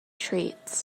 treats